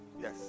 yes